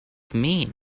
mean